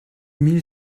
mille